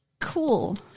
cool